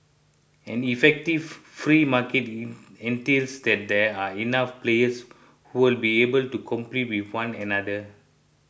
an effective free market entails that there are enough players who will be able to compete with one another